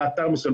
לאתר מסוים.